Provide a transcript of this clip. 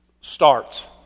starts